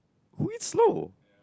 who eats slow